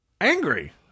Angry